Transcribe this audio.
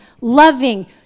loving